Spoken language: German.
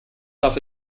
darf